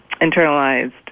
internalized